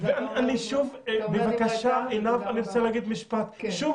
מה ששמענו ואני רוצה מיד אחריהם את משרד